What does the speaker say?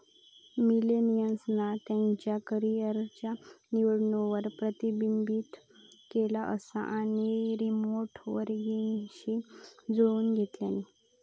मिलेनियल्सना त्यांच्या करीयरच्या निवडींवर प्रतिबिंबित केला असा आणि रीमोट वर्कींगशी जुळवुन घेतल्यानी